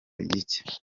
gicye